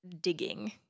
digging